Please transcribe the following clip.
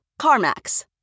CarMax